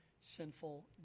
sinful